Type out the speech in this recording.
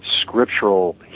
scriptural